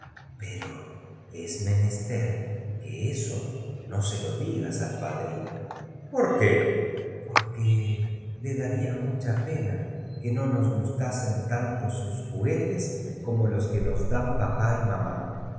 pero es menester que eso nó lo digas al padrino por qué por le daría mucha pena que no nos gustasen tanto sus juguetes como los que nos dan papá y mamá